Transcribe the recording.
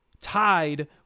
Tied